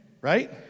right